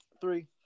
Three